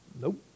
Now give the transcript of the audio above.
nope